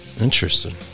Interesting